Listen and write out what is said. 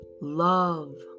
love